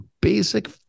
basic